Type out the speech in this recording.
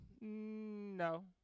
no